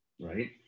right